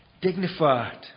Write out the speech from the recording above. dignified